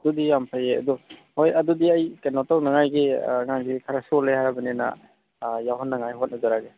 ꯑꯗꯨꯗꯤ ꯌꯥꯝ ꯐꯩꯌꯦ ꯑꯗꯣ ꯍꯣꯏ ꯑꯗꯨꯗꯤ ꯑꯩ ꯀꯩꯅꯣ ꯇꯧꯅꯤꯡꯉꯥꯏꯒꯤ ꯑꯉꯥꯡꯁꯤ ꯈꯔ ꯁꯣꯜꯂꯦ ꯍꯥꯏꯔꯕꯅꯤꯅ ꯌꯥꯎꯍꯟꯅꯉꯥꯏ ꯍꯣꯠꯅꯖꯔꯒꯦ